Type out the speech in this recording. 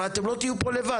הרי אתם לא תהיו פה לבד,